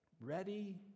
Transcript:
Ready